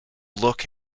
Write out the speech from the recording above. look